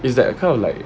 is that kind of like